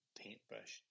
paintbrush